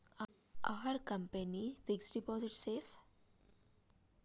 Are company fixed deposit safe?